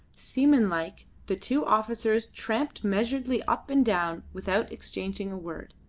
seamanlike, the two officers tramped measuredly up and down without exchanging a word.